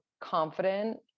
confident